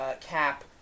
Cap